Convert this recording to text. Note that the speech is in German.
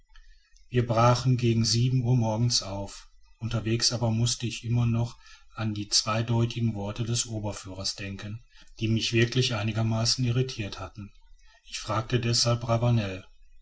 wir brachen gegen sieben uhr morgens auf unterwegs aber mußte ich immer noch an die zweideutigen worte des oberführers denken die mich wirklich einigermaßen irritirt hatten ich fragte deshalb ravanel